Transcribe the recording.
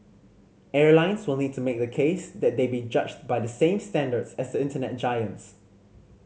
airlines will need to make the case that they be judged by the same standards as the Internet giants